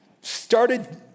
started